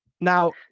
Now